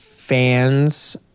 fans